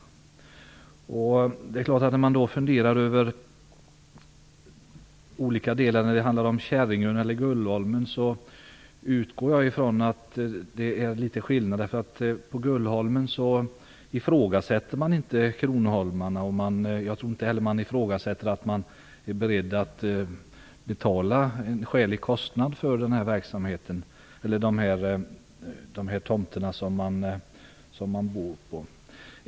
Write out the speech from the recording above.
Jag utgår från att det är litet skillnad på olika områden, exempelvis Käringön och Gullholmen. På Gullholmen ifrågasätter man inte kronoholmarna. Jag tror också att man är beredd att betala en skälig kostnad för den tomt man bor på.